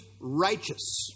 righteous